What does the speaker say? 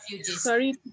sorry